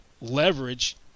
leverage